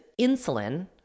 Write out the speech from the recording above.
insulin